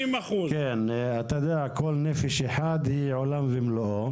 וכל נפש אחת היא עולם ומלואו.